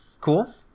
cool